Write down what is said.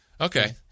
Okay